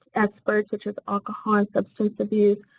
experts such as alcoholic substance abuse,